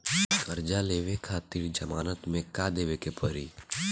कर्जा लेवे खातिर जमानत मे का देवे के पड़ी?